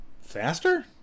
faster